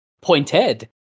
Pointed